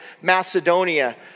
Macedonia